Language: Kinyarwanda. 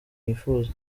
yifuza